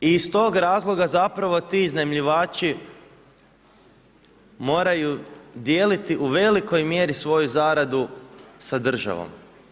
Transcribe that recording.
I iz tog razloga, zapravo ti iznajmljivači, moraju dijeliti u velikoj mjeri svoju zaradu sa državom.